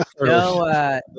no